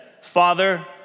Father